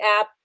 app